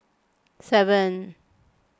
seven